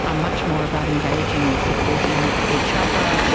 ah much more about engaging and supporting each other,